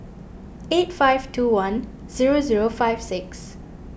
eight five two one zero zero five six